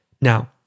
Now